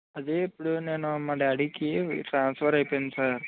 అదే ఇప్పుడు నేను మా డాడీకి ట్రాన్స్ఫర్ అయిపోయింది సార్